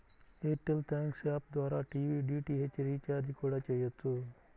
air tell thanks app ద్వారా TV DTH recharge కూడా చెయ్యొచ్చు